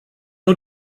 nur